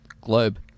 globe